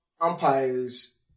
umpires